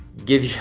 give,